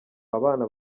abana